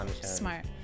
Smart